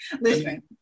listen